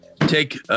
take